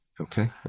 Okay